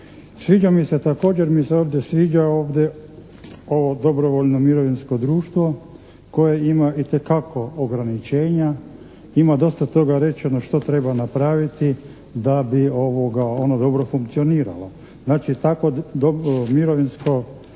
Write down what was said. Sviđa mi se također mi se ovdje sviđa ovdje ovo dobrovoljno mirovinsko društvo koje ima itekako ograničenja, ima dosta toga rečeno što treba napraviti da bi ono dobro funkcioniralo. Znači tako mirovinsko,